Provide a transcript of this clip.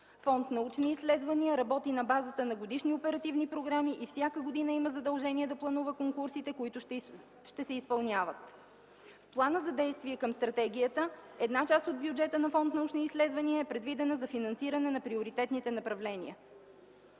Фонд „Научни изследвания” работи на базата на годишни оперативни програми и всяка година има задължение да планува конкурсите, които ще се изпълняват. Планът за действие към стратегията – една част от бюджета на фонд „Научни изследвания” е предвидена за финансиране на приоритетните направления.